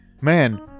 man